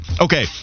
Okay